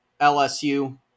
LSU